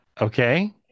Okay